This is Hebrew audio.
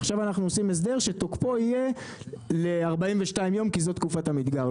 ועכשיו אנחנו עושים הסדר שתוקפו יהיה ל-42 ימים כי זו תקופת המדגר.